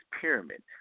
pyramid